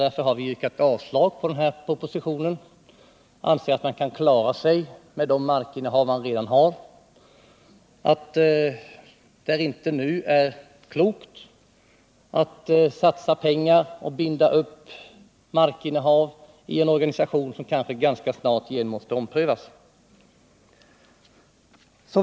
Vi har således yrkat avslag på propositionen. Vi anser att man kan klara sig med de markförvärv man redan har gjort och att det nu inte vore klokt att satsa pengarna och binda upp markinnehav i en organisation som kanske ganska snart måste omprövas.